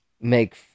make